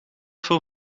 voor